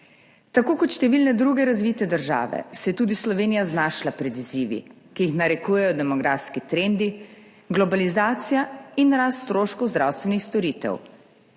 Tako kot številne druge razvite države se je tudi Slovenija znašla pred izzivi, ki jih narekujejo demografski trendi, globalizacija in rast stroškov zdravstvenih storitev.